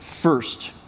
first